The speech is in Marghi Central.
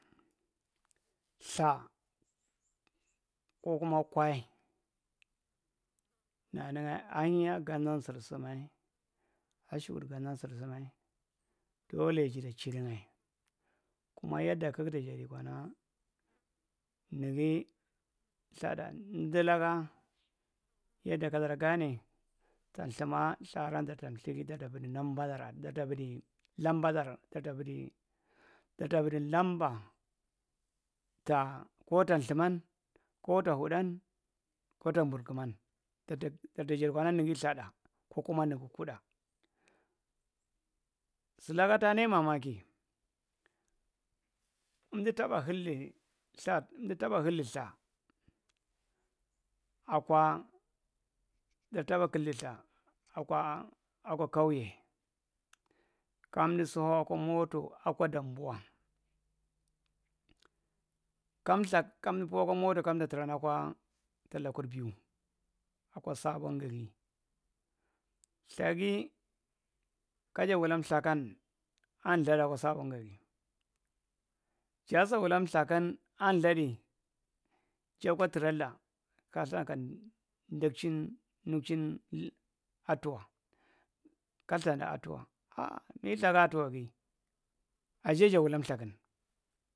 Ltha, kukuma kwa nananga a hanya ganan jarsama, ashikuɗ ganan sarsama dole jada cilinga. Kuma yenda kaste ani kana nagi lthaɗan, yanda kadare gani tan lthama sa aran jarta vachi lambadar ta lthama ltha aran. Jarta mthali, jarta vai nambadar. Jarta vadi namba ta a ko tanlthaman, kotahuɗan kota mbur kaman jarta jadi kana nagi kuɗan salaka tanai mamaki thaɗ amda taba haldi ltha akwa, akwa kauuye, kamda s hauwa motokumta tarana akwa ta lalur biyu. Akwa sabongari lthagi kawula lthakan, anlthada a kwa sabongari. Jasawwa lthakan amthadi jakwa tarulla, ka ltha ka nagcin nagcin katuwa, ka lthana tuwa bai; lthaga tuwegi.